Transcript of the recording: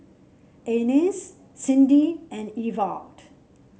Ines Cindi and Ewald